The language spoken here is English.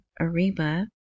ariba